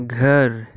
घर